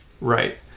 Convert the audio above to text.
Right